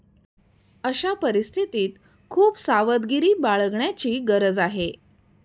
अशा परिस्थितीत खूप सावधगिरी बाळगण्याची गरज आहे